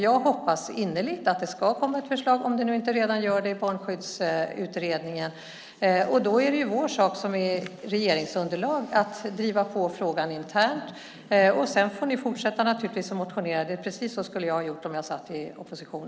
Jag hoppas innerligt att det ska komma ett förslag, om det nu inte redan har kommit, i Barnskyddsutredningen. Då är det vår sak som regeringsunderlag att driva på frågan internt, och sedan får ni fortsätta att motionera. Precis så skulle jag ha gjort om jag satt i opposition.